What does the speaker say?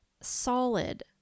solid